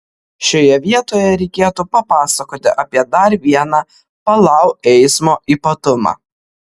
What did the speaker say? šioje vietoje reikėtų papasakoti apie dar vieną palau eismo ypatumą